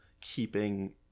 keeping